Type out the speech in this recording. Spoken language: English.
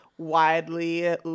widely